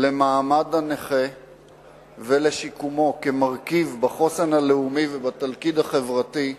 למעמד הנכה ולשיקומו כמרכיב בחוסן הלאומי ובתלכיד החברתי,